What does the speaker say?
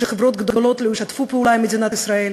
שחברות גדולות לא ישתפו פעולה עם מדינת ישראל,